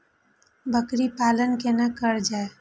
बकरी पालन केना कर जाय?